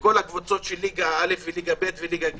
וכל הקבוצות של ליגה א' וליגה ב' וליגה ג',